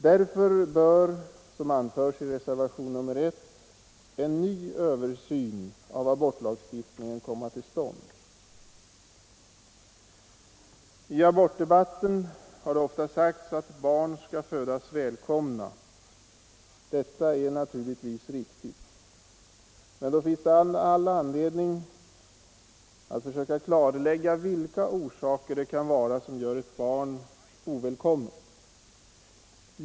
Därför bör, som anförs i reservationen 1, en ny översyn av abortlagstiftningen komma till stånd. I abortdebatten har det ofta sagts att barn skall födas välkomna. Detta är naturligtvis riktigt. Men då finns det all anledning att försöka klarlägga vilka orsaker det kan vara som gör ett barn ovälkommet.